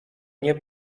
nie